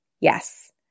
Yes